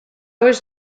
was